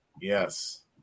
Yes